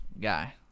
guy